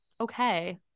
okay